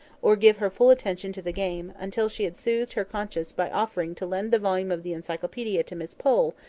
or give her full attention to the game, until she had soothed her conscience by offering to lend the volume of the encyclopaedia to miss pole,